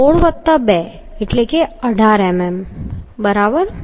16 વત્તા 2 એટલે કે 18 મીમી બરાબર